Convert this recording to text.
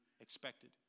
expected